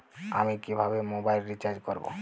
আমি কিভাবে mobile recharge করব?